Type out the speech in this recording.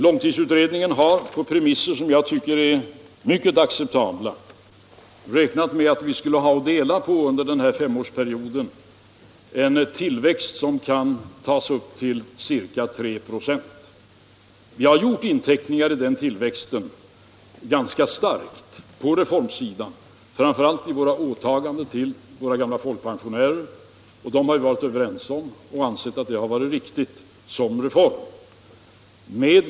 Långtidsutredningen har på premisser som jag tycker är mycket acceptabla räknat med att vi under den här femårsperioden skulle ha att dela på en tillväxt på ca 3 26. Den tillväxten har vi intecknat ganska starkt på reformsidan, framför allt i fråga om åtaganden mot våra folkpensionärer. De åtagandena har vi varit överens om och ansett riktiga som reformer.